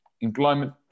employment